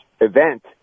event